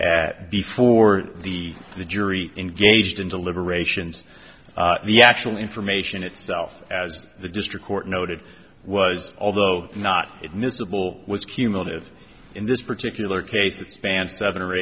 at before the the jury engaged in deliberations the actual information itself as the district court noted was although not admissible was cumulative in this particular case it spanned seven or